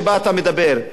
על-ידי הכללות,